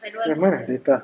eh why my data